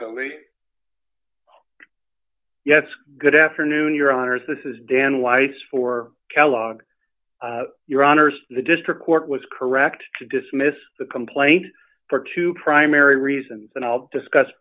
nly yes good afternoon your honor this is dan weiss for kellogg your honour's the district court was correct to dismiss the complaint for two primary reasons and i'll discuss